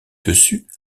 dessus